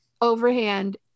overhand